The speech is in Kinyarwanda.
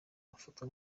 bafatwa